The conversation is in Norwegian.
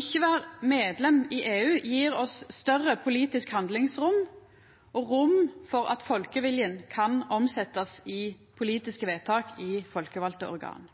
Ikkje å vera medlem av EU gjev oss større politisk handlingsrom og rom for at folkeviljen kan omsetjast i politiske vedtak i folkevalde organ.